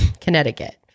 Connecticut